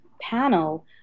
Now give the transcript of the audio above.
panel